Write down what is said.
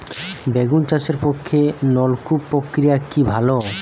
বেগুন চাষের পক্ষে নলকূপ প্রক্রিয়া কি ভালো?